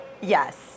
Yes